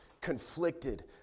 conflicted